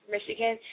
Michigan